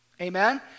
Amen